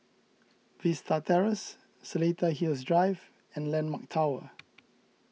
Vista Terrace Seletar Hills Drive and Landmark Tower